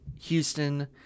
Houston